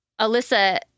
Alyssa